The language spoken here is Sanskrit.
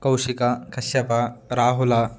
कौशिकः कश्यपः राहुलः